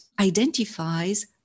identifies